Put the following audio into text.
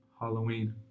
Halloween